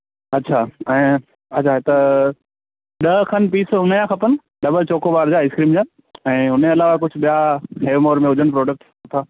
अच्छा ऐं अच्छा त ॾह खनि पीस हुनजा खपनि डबल चॉकॉबार जा आईस्क्रीम जा ऐं उनजे अलावा कुझु ॿिया हेवमोर में हुजनि प्रोडक्ट्स सुठा